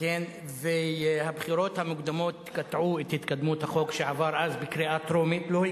שעדיין הצעת החוק הזאת היא עוד, בבקשה, אדוני.